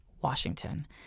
Washington